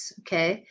okay